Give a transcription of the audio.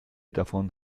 davon